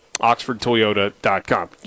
OxfordToyota.com